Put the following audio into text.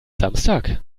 samstag